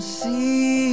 see